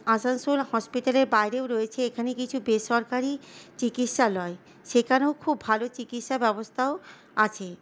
আসানসোল হসপিটালের বাইরেও রয়েছে এখানে কিছু বেসরকারি চিকিৎসালয় সেখানেও খুব ভালো চিকিৎসা ব্যবস্থাও আছে